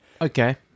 Okay